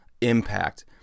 Impact